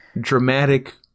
dramatic